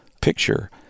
picture